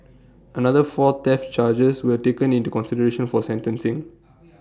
another four theft charges were taken into consideration for sentencing